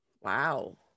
Wow